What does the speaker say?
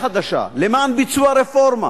למען ביצוע רפורמה,